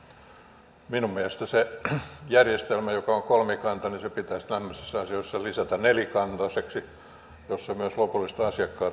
minun mielestäni se järjestelmä joka on kolmikanta pitäisi tämmöisissä asioissa lisätä nelikantaiseksi jossa myös lopulliset asiakkaat olisivat paikalla